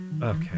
Okay